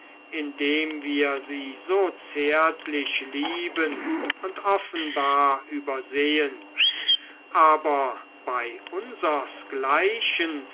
indem wir sie so zärtlich lieben und offenbar übersehen aber bei